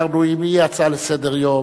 אמרנו: אם תהיה הצעה לסדר-היום,